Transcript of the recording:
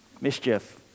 Mischief